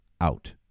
Out